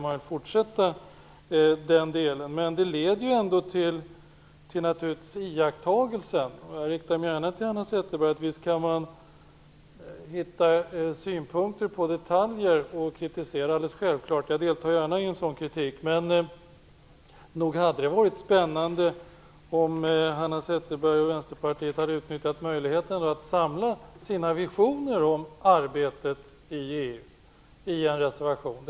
Men det leder ändå till iakttagelsen - jag riktar mig gärna till Hanna Zetterberg - att man självfallet kan kritisera detaljer och ha synpunkter på dem. Jag deltar gärna i en sådan kritik. Men nog hade det varit spännande om Hanna Zetterberg och Vänsterpartiet hade utnyttjat möjligheten att samla sina visioner om arbetet i EU i en reservation.